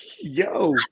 Yo